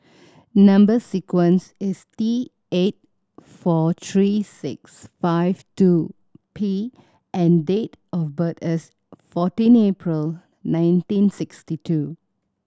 number sequence is T eight four three six five two P and date of birth is fourteen April nineteen sixty two